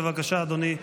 בבקשה, אדוני,